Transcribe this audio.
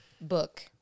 book